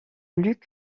luc